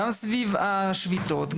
גם סביב השביתות,